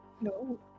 No